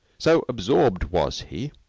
so absorbed was he